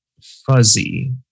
fuzzy